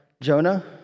Jonah